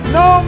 no